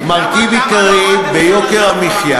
מרכיב עיקרי ביוקר המחיה